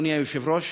אדוני היושב-ראש,